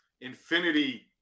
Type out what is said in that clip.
Infinity